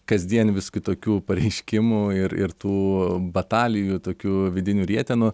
kasdien vis kitokių pareiškimų ir ir tų batalijų tokių vidinių rietenų